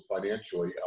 financially